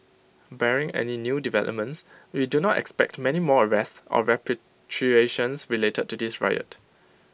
barring any new developments we do not expect many more arrests or repatriations related to this riot